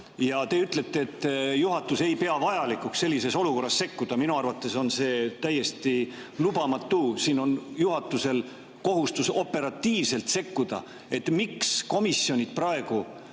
Teie ütlete, et juhatus ei pea vajalikuks sellises olukorras sekkuda. Minu arvates on see täiesti lubamatu. Siin on juhatusel kohustus operatiivselt sekkuda! Miks komisjonid praegu